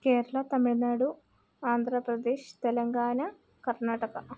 Kerala Tamil Nadu Andhra Pradesh Telangana Karnataka